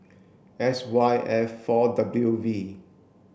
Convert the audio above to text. S Y F four W V